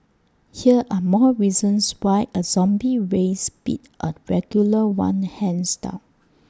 here are more reasons why A zombie race beat A regular one hands down